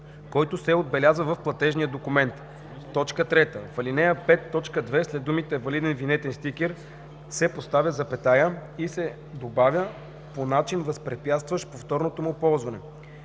„който се отбелязва в платежния документ“. 3. В ал. 5, т. 2 след думите „валиден винетен стикер“ се поставя запетая и се добавя „по начин, възпрепятстващ повторното му ползване“.